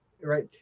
right